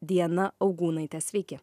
diana augūnaite sveiki